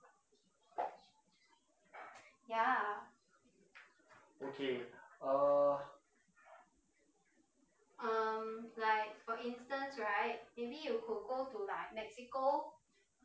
okay uh